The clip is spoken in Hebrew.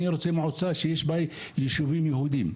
אני רוצה מועצה שיש בה יישובים יהודיים,